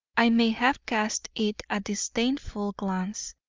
i may have cast it a disdainful glance.